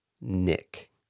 Nick